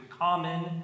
common